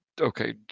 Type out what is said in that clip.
okay